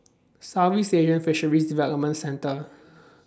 Southeast Asian Fisheries Development Centre